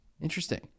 Interesting